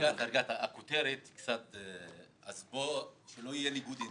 אז בואו, שלא יהיה ניגוד אינטרסים.